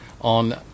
on